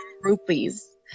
rupees